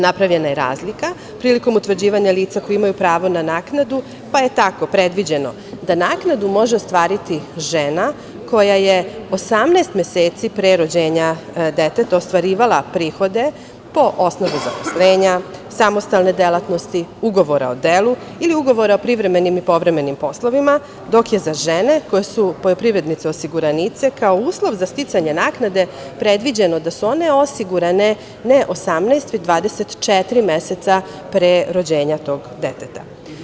Napravljena je razlika prilikom utvrđivanja lica koja imaju pravo na naknadu, pa je tako predviđeno da naknadu može ostvariti žena koja je 18 meseci pre rođenja deteta ostvarivala prihode po osnovu zaposlenja, samostalne delatnosti, ugovora o delu ili ugovora o privremenim i povremenim poslovima, dok je za žene koje su poljoprivrednice osiguranice kao uslov za sticanje naknade predviđeno da su one osigurane ne 18 već 24 meseca pre rođenja deteta.